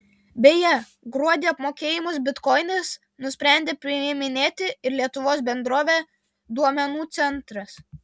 beje gruodį apmokėjimus bitkoinais nusprendė priiminėti ir lietuvos bendrovė duomenų centras